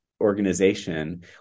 organization